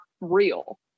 real